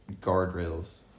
guardrails